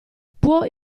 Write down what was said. può